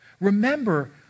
Remember